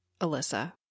Alyssa